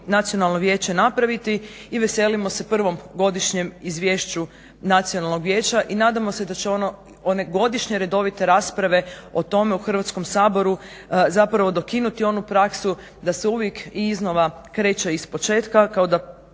Nacionalno vijeće napraviti i veselimo se prvom Godišnjem izvješću Nacionalnog vijeća i nadamo se da će ono one godišnje redovite rasprave o tome u Hrvatskom saboru zapravo dokinuti onu praksu da se uvijek i iznova kreće ispočetka kao da